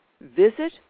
visit